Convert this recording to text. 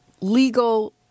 legal